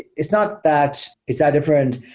it's not that it's ah different.